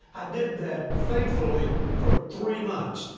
i did that faithfully for three months.